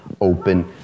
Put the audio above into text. open